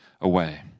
away